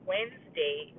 Wednesday